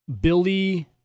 Billy